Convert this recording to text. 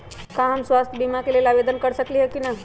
का हम स्वास्थ्य बीमा के लेल आवेदन कर सकली ह की न?